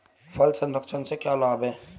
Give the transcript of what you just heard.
फल संरक्षण से क्या लाभ है?